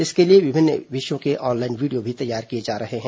इसके लिए विभिन्न विषयों के ऑनलाइन वीडियो तैयार किए जा रहे हैं